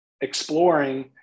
exploring